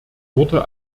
wurde